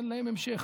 אין להם המשך.